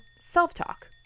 self-talk